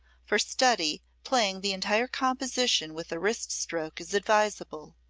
for study, playing the entire composition with a wrist stroke is advisable.